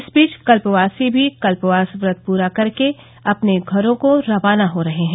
इस बीच कल्पवासी भी कल्पवास व्रत पूरा कर के अपने घरों को खाना हो रहे हैं